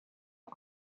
巨大